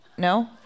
No